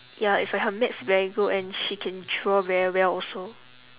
ya it's like her math very good and she can draw very well also